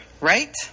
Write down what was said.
Right